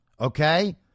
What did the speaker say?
okay